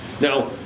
Now